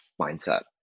mindset